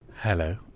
Hello